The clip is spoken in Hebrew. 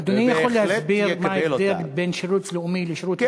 אדוני יכול להסביר לי מה ההבדל בין שירות לאומי לשירות אזרחי?